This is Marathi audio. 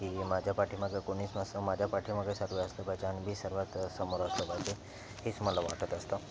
की माझ्या पाठीमागं कोणीच नं माझ्या पाठीमागं सर्व असले पाहिजे आणि मी सर्वात समोर असलं पाहिजे हीच मला वाटत असतं